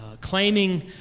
claiming